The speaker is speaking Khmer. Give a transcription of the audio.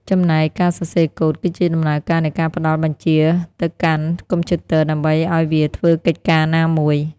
ចំណែកការសរសេរកូដគឺជាដំណើរការនៃការផ្តល់បញ្ជាទៅកាន់កុំព្យូទ័រដើម្បីឱ្យវាធ្វើកិច្ចការណាមួយ។